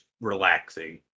relaxing